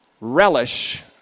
relish